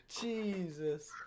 Jesus